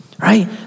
Right